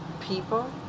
people